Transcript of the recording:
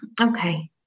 okay